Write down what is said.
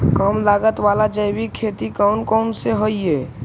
कम लागत वाला जैविक खेती कौन कौन से हईय्य?